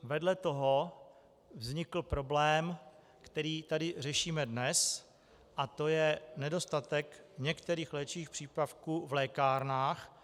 Vedle toho vznikl problém, který tady řešíme dnes, a to je nedostatek některých léčivých přípravků v lékárnách.